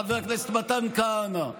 חבר הכנסת מתן כהנא,